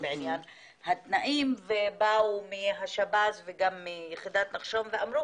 בעניין התנאים ובאו מהשב"ס וגם מיחידת נחשון ואמרו